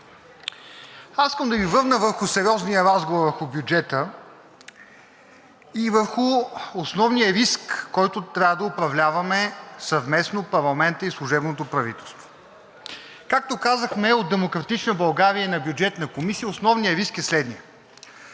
Искам да Ви върна на сериозния разговор върху бюджета и върху основния риск, който трябва да управляваме съвместно парламентът и служебното правителство. Както казахме от „Демократична България“ и на Бюджетната комисия, основният риск е следният: